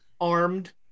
armed